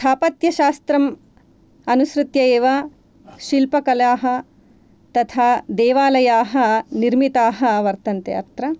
स्थापत्यशास्त्रम् अनुसृत्य एव शिल्पकलाः तथा देवालयाः निर्मिताः वर्तन्ते अत्र